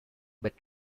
but